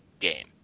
game